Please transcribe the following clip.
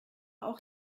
auch